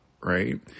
right